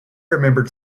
remembered